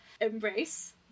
embrace